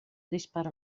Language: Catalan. dispara